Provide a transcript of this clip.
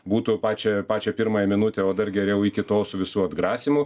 būtų pačią pačią pirmąją minutę o dar geriau iki tol su visų atgrasymu